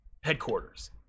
headquarters